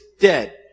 dead